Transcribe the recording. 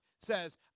says